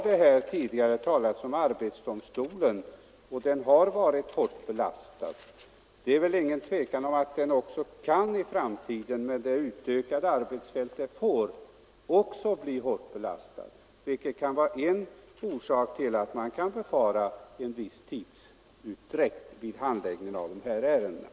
Det har tidigare talats om arbetsdomstolen. Den har varit hårt belastad, och det är väl inget tvivel om att den också i framtiden, med det utökade arbetsfält som den får, blir hårt belastad, vilket gör att man kan befara en viss tidsutdräkt i behandlingen av sådana här ärenden.